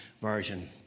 version